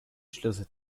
schlüsse